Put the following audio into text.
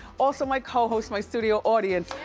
also my cohosts, my studio audience.